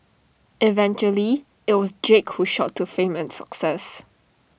eventually IT was Jake who shot to fame and success